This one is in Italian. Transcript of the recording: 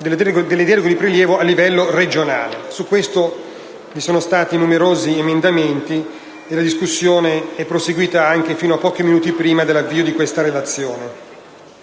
di prelievo a livello regionale. Su questo vi sono stati numerosi emendamenti, e la discussione è proseguita fino a pochi minuti prima dell'avvio di questa relazione.